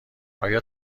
آیا